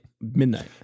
midnight